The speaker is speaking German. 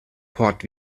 port